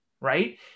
right